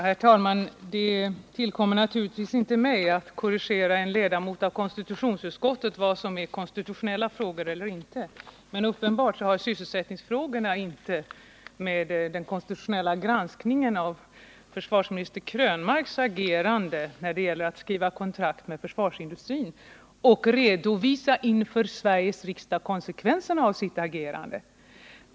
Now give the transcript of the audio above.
Herr talman! Det tillkommer naturligtvis inte mig att korrigera en ledamot av konstitutionsutskottet beträffande vad som är konstitutionella frågor eller inte. Men uppenbart har sysselsättningsfrågorna inte att göra med den konstitutionella granskningen av försvarsminister Krönmarks agerande när det gäller att skriva kontrakt med försvarsindustrin och redovisa inför Sveriges riksdag konsekvenserna därav.